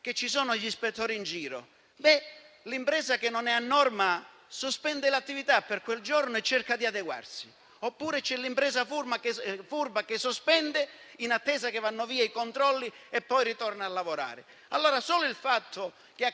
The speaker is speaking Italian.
che ci sono gli spettatori in giro, l'impresa che non è a norma sospende l'attività per quel giorno e cerca di adeguarsi, oppure c'è l'impresa furba che sospende, in attesa che vadano via i controlli e poi ritorna a lavorare. Allora, solo per il fatto che a